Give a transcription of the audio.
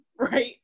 Right